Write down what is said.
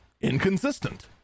inconsistent